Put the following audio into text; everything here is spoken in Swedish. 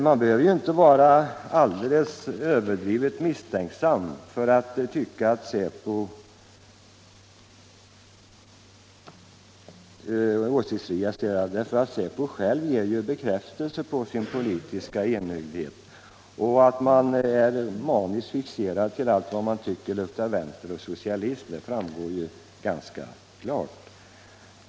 Man behöver ju inte vara överdrivet misstänksam för att tycka att säpo själv ger bekräftelse på sin politiska enögdhet. Att man i säpo är maniskt fixerad vid allt som man tycker luktar vänster och socialism framgår ju ganska klart.